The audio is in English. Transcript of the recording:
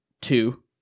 two